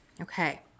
Okay